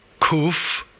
kuf